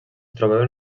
trobaven